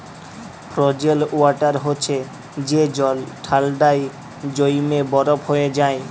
frozen water হছে যে জল ঠাল্ডায় জইমে বরফ হঁয়ে যায়